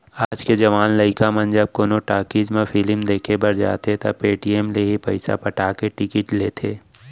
आज के जवान लइका मन जब कोनो टाकिज म फिलिम देखे बर जाथें त पेटीएम ले ही पइसा पटा के टिकिट लेथें